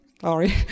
sorry